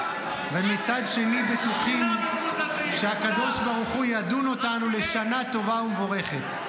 ומצד שני בטוחים שהקדוש ברוך הוא ידון אותנו לשנה טובה ומבורכת.